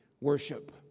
Worship